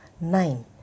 nine